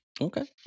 Okay